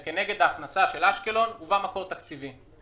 וכנגד ההכנסה של אשקלון הובא מקור תקציבי,